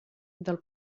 del